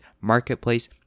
Marketplace